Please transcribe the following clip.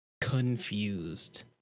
confused